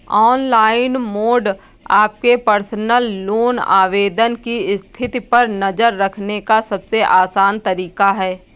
online mode आपके personal loan आवेदन की स्थिति पर नज़र रखने का सबसे आसान तरीका है